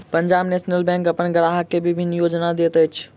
Punjab National Bank अपन ग्राहक के विभिन्न योजना दैत अछि